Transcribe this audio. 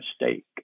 mistake